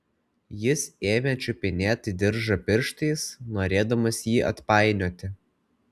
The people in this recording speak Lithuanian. jis ėmė čiupinėti diržą pirštais norėdamas jį atpainioti